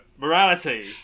Morality